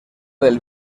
del